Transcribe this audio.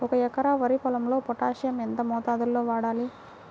ఒక ఎకరా వరి పొలంలో పోటాషియం ఎంత మోతాదులో వాడాలి?